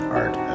art